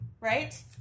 Right